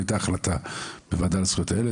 הייתה החלטה בוועדה לזכויות הילד,